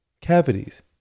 cavities